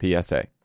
PSA